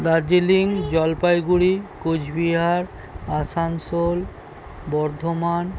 Darjeeling Jalpaiguri Cooch Behar Asansol Bardhaman